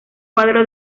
cuadro